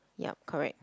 yup correct